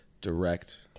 direct